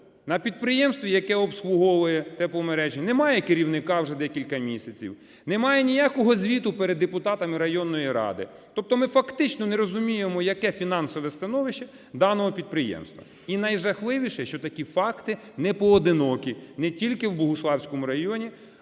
на підприємстві, яке обслуговує тепломережі, немає керівника вже декілька місяців, немає ніякого звіту перед депутатами районної ради, тобто ми фактично не розуміємо, яке фінансове становище даного підприємства. І найжахливіше, що такі факти непоодинокі, не тільки у Богуславському районі,